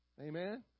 amen